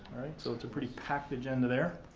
so, it's a pretty packed agenda there.